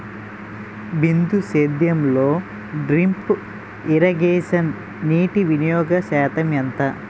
బిందు సేద్యంలో drip irrigation నీటివినియోగ శాతం ఎంత?